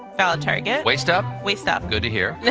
valid target. waist up? waist up. good to hear.